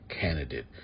candidate